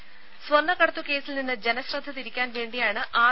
ത സ്വർണ്ണക്കടത്ത് കേസിൽ നിന്ന് ജനശ്രദ്ധ തിരിക്കാൻ വേണ്ടിയാണ് ആർ